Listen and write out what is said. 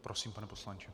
Prosím, pane poslanče.